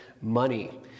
money